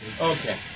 okay